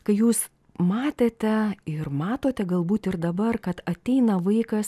kai jūs matėte ir matote galbūt ir dabar kad ateina vaikas